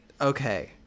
Okay